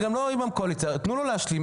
תנו לו להשלים.